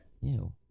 Ew